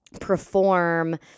perform